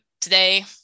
today